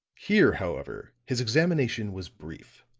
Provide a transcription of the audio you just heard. here, however, his examination was brief,